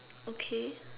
okay